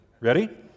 Ready